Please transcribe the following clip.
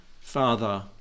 father